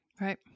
Right